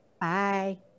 Bye